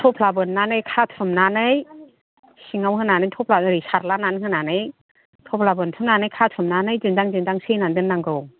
थफ्ला बोननानै खाथुमनानै सिङाव होनानै थफ्ला ओरै सारलानानै होनानै थफ्ला बोनथुमनानै खाथुमनानै दिन्दां दिन्दां सोनानै दोननांगौ